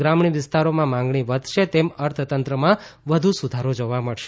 ગ્રામીણ વિસ્તારોમાં માંગણી વધશે તેમ અર્થતંત્રમાં વધુ સુધારો જોવા મળશે